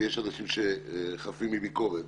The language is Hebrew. שיש אנשים שחפים מביקורת.